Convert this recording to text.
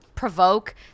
provoke